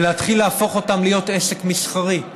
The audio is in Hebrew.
ולהתחיל להפוך אותם להיות עסק מסחרי.